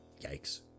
Yikes